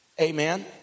amen